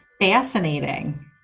fascinating